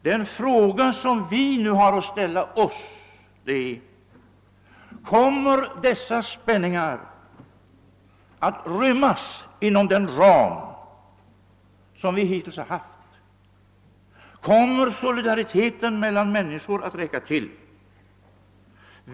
Den fråga som vi nu har att ställa oss är: Kommer dessa spänningar att rymmas inom den ram som vi hittills har haft? Kommer solidariteten mellan människor att räcka till?